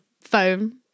phone